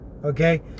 okay